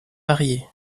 variés